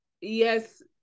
yes